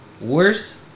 worse